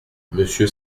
monsieur